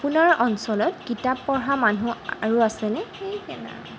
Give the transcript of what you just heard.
আপোনাৰ অঞ্চলত কিতাপ পঢ়া মানুহ আৰু আছেনে হেই কেলা